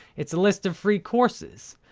it's a list of free courses.